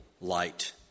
light